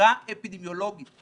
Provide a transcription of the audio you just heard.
חקירה אפידמיולוגית זו המומחיות שלי.